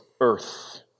earth